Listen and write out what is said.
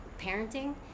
parenting